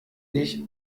ich